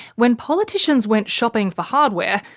when politicians went shopping for hardware,